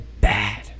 bad